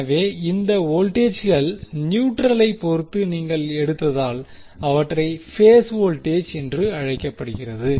எனவே இந்த வோல்டேஜ்கள் நியூட்ரளை பொறுத்து நீங்கள் எடுத்ததால் அவற்றை பேஸ் வோல்ட்டேஜ் என்றுஅழைக்கப்படுகிறது